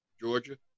Georgia